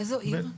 באיזו עיר?